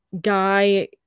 guy